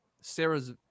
sarah's